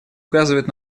указывает